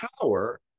power